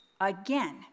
again